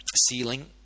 ceiling